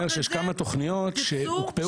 אני אומר שיש כמה תכניות שהוקפאו בעקבות אג'נדות כאלה.